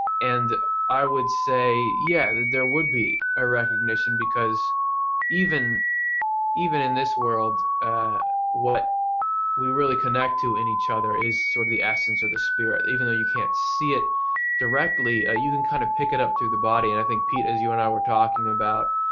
and i would say, yeah yes, there would be a recognition because even even in this world what we really connect to in each other is sort of the essence or spirit even though you can't see it directly, ah you can kind of pick it up through the body. and i think, pete, as you and i were talking about